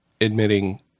admitting